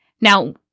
Now